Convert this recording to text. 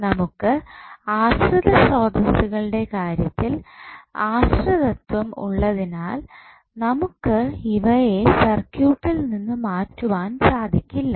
നമുക്ക് ആശ്രിത സ്രോതസ്സുകളുടെ കാര്യത്തിൽ ആശ്രിതത്വം ഉള്ളതിനാൽ നമുക്ക് ഇവയെ സർക്യൂട്ടിൽ നിന്ന് മാറ്റുവാൻ സാധിക്കില്ല